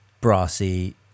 brassy